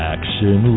Action